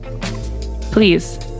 please